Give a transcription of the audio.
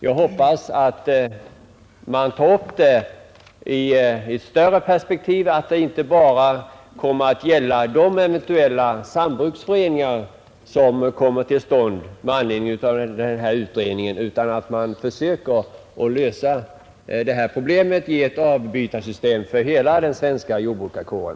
Jag hoppas att man i större perspektiv tar upp förslaget, så att det inte bara kommer att gälla de eventuella sambruksföreningar som kommer till stånd med anledning av denna utredning, utan att man försöker lösa problemet genom ett avbytarsystem för hela den svenska jordbrukarkåren.